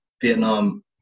Vietnam